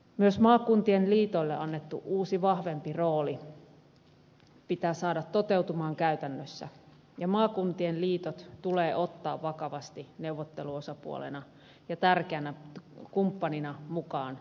myös maakuntien liitoille annettu uusi vahvempi rooli pitää saada toteutumaan käytännössä ja maakuntien liitot tulee ottaa vakavasti neuvotteluosapuolena ja tärkeänä kumppanina mukaan tujo prosesseihin